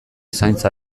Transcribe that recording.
zaintza